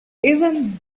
even